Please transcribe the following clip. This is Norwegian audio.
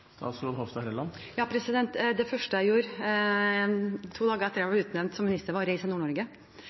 Det første jeg gjorde, to dager etter at jeg ble utnevnt til minister, var